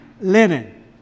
linen